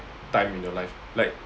time in your life like